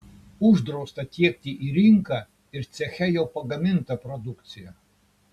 uždrausta tiekti į rinką ir ceche jau pagamintą produkciją